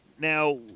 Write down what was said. Now